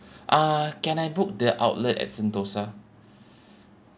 uh can I book the outlet at sentosa